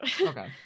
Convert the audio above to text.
okay